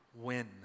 win